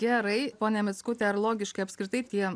gerai ponia mickute ar logiškai apskritai tie